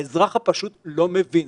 האזרח הפשוט לא מבין,